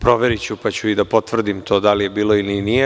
Proveriću, pa ću i da potvrdim da li je bilo ili nije.